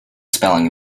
spelling